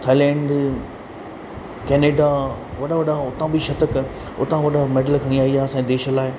Thailand Canada वॾा वॾा हुतां बि शतक हुतां बि मेडल खणी आई आहे असांजे देश लाइ